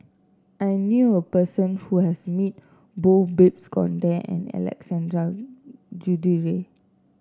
I knew a person who has meet both Babes Conde and Alexander Guthrie